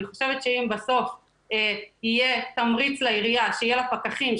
אני חושבת שאם בסוף יהיה תמריץ לעירייה שיהיו לה פקחים,